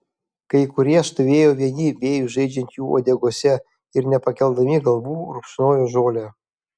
kai kurie stovėjo vieni vėjui žaidžiant jų uodegose ir nepakeldami galvų rupšnojo žolę